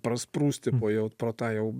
prasprūsti po jau pro tą jau